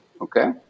okay